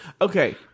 Okay